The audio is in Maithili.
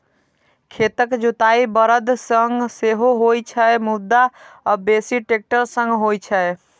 खेतक जोताइ बरद सं सेहो होइ छै, मुदा आब बेसी ट्रैक्टर सं होइ छै